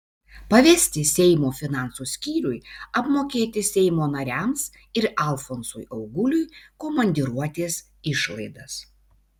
pavesti seimo finansų skyriui apmokėti seimo nariams ir alfonsui auguliui komandiruotės išlaidas